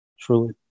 Truly